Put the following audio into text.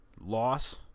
loss